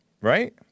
Right